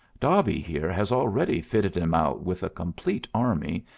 dobby here has already fitted him out with a complete army,